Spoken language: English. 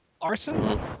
Arson